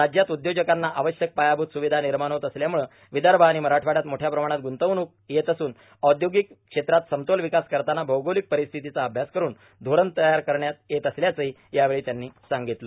राज्यात उदयोजकांना आवश्यक पायाभूत सुर्वधा र्मिमाण होत असल्यामुळ र्विदभ र्आण मराठवाङ्यात मोठ्या प्रमाणात गुंतवणूक येत असून औद्योगक क्षेत्रात समतोल ावकास करताना भौगोलक र्पारस्थितीचा अभ्यास करुन धोरण तयार करण्यात येत असल्याचं यावेळी त्यांनी सांगगतलं